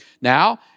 Now